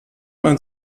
man